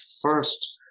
first